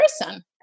person